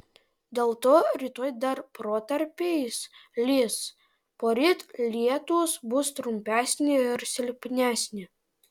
dėl to rytoj dar protarpiais lis poryt lietūs bus trumpesni ir silpnesni